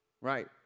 Right